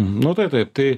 nu tai taip tai